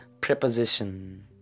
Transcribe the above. preposition